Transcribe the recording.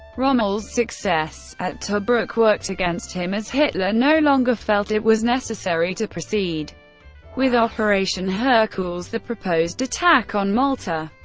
rommel's success at tobruk worked against him, as hitler no longer felt it was necessary to proceed with operation herkules, the proposed attack on malta.